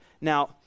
Now